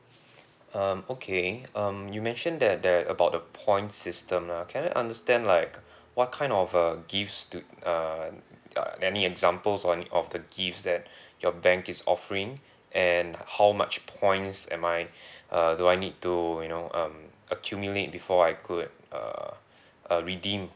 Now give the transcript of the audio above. um okay um you mentioned that there about the point system lah can I understand like what kind of uh gifts do uh uh any examples or any of the gifts that your bank is offering and how much points am I uh do I need to you know um accumulate before I could uh uh redeem